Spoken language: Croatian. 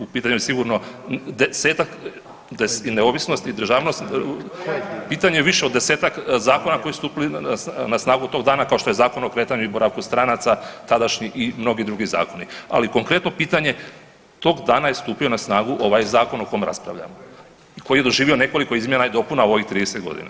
U pitanju je sigurno desetak i neovisnost i državnost, pitanje je više od desetak zakona koji su stupili na snagu kao što je Zakon o kretanju i boravku stranaca tadašnji i mnogi drugi zakoni, ali konkretno pitanje tog dana je stupio na snagu ovaj zakon o kom raspravljamo i koji je doživio nekoliko izmjena i dopuna u ovih 30 godina.